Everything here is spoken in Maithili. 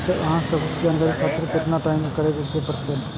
सर अहाँ से कुछ जानकारी खातिर केतना टाईम रुके परतें?